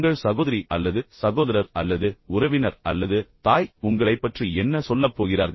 உங்கள் சகோதரி அல்லது சகோதரர் அல்லது உறவினர் அல்லது தாய் உங்களைப் பற்றி என்ன சொல்லப் போகிறார்கள்